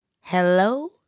Hello